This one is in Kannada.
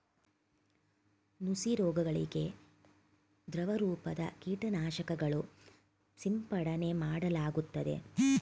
ನುಸಿ ರೋಗಗಳಿಗೆ ದ್ರವರೂಪದ ಕೀಟನಾಶಕಗಳು ಸಿಂಪಡನೆ ಮಾಡಲಾಗುತ್ತದೆ